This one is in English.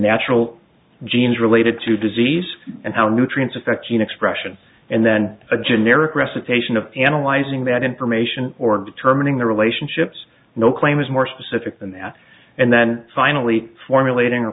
natural genes related to disease and how nutrients affect gene expression and then a generic recitation of analyzing that information or determining the relationships no claim is more specific than that and then finally formulating a